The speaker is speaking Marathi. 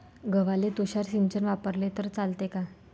गव्हाले तुषार सिंचन वापरले तर चालते का?